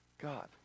God